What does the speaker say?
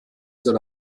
soll